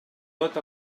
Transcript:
tot